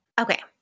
Okay